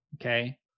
okay